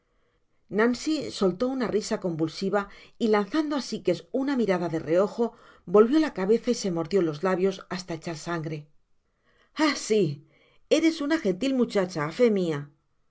ivancy soltó una risa convulsiva y lanzando á sikes nna mirada de reojo volvió la cabeza y se mordió los labios hasta echar sangre ah sü eres una gentil muchacha á fé mial